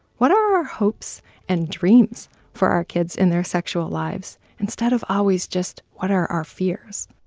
what are our hopes and dreams for our kids in their sexual lives, instead of always just, what are our fears?